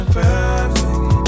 perfect